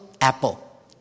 apple